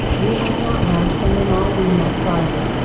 we have not learned from them all we might garner.